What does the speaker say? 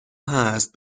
هست